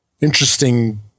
interesting